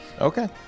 okay